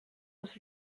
was